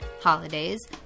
holidays